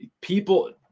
People